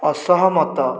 ଅସହମତ